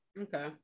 Okay